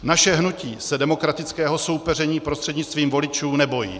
Naše hnutí se demokratického soupeření prostřednictvím voličů nebojí.